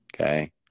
Okay